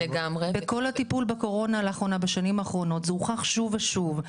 בכל הטיפול בקורונה בשנים האחרונות הוכח שוב ושוב,